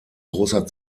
großer